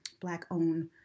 Black-owned